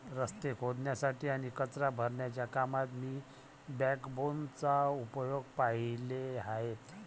रस्ते खोदण्यासाठी आणि कचरा भरण्याच्या कामात मी बॅकबोनचा उपयोग पाहिले आहेत